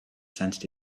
sensed